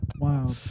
Wow